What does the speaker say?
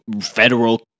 federal